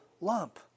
lump